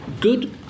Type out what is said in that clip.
good